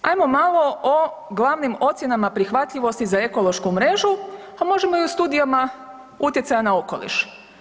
Ajmo malo o glavnim ocjenama prihvatljivosti za ekološku mrežu, a možemo i o studijama utjecaj na okoliš.